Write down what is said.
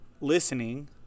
listening